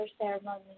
ceremony